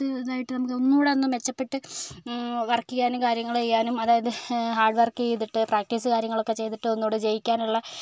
അടുത്തതായിട്ട് നമുക്ക് ഒന്നുകൂടെ ഒന്ന് മെച്ചപെട്ട് വർക്ക് ചെയ്യാനും കാര്യങ്ങള് ചെയ്യാനും അതായത് ഹാർഡ് വർക്ക് ചെയ്തിട്ട് പ്രാക്ടീസ് കാര്യങ്ങളൊക്കെ ചെയ്തിട്ടു ഒന്നും കൂടെ ജയിക്കാനുള്ള